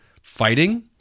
Fighting